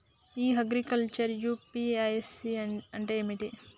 ఇ agriculture UPSC అంటే ఏమిటి?